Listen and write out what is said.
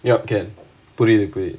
புரியுது புரியுது:puriyuthu puriyuthu